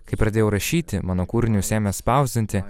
kai pradėjau rašyti mano kūrinius ėmė spausdinti